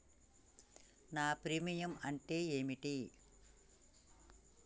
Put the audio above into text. నా ప్రీమియం అంటే ఏమిటి?